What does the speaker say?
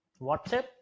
WhatsApp